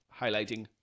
highlighting